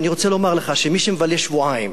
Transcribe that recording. ואני רוצה לומר לך שמי שמבלה שבועיים